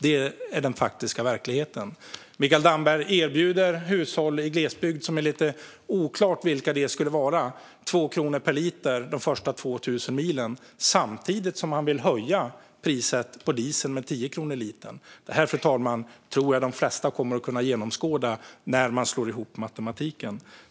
Det är den faktiska verkligheten. Mikael Damberg erbjuder hushåll i glesbygd - det är lite oklart vilka det skulle vara - 2 kronor per liter de första 2 000 milen, samtidigt som han vill höja priset på diesel med 10 kronor per liter. Det här, fru talman, tror jag att de flesta kommer att kunna genomskåda när de slår ihop matematiken.